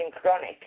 chronic